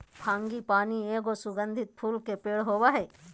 frangipani एगो सुगंधित फूल के पेड़ होबा हइ